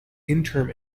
interim